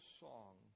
song